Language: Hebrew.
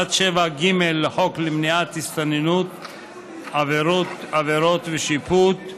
עד 7ג לחוק למניעת הסתננות (עבירות ושיפוט),